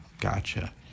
Gotcha